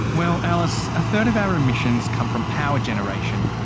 well alice, a third of our emissions come from power generation.